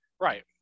right